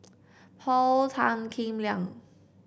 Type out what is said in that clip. Paul Tan Kim Liang